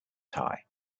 thai